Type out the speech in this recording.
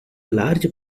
large